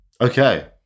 Okay